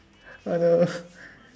oh no